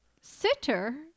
Sitter